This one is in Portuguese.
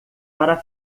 para